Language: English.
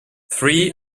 three